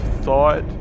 thought